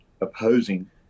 opposing